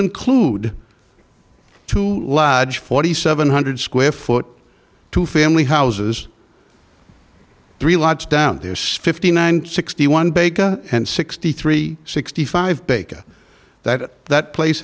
include to lodge forty seven hundred square foot to family houses three lots down to fifty nine sixty one bega and sixty three sixty five baker that that place